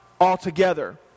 altogether